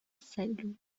سلول